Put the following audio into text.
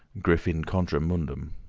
griffin contra mundum.